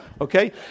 Okay